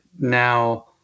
now